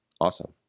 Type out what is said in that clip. Awesome